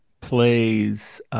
plays